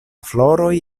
floroj